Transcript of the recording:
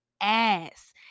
ass